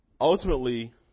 Ultimately